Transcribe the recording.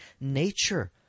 nature